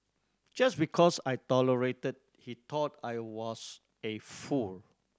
just because I tolerated he thought I was a fool